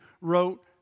wrote